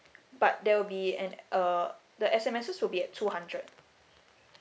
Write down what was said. but there will be an uh the S_M_S will be at two hundred